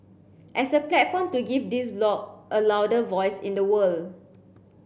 as a platform to give this bloc a louder voice in the world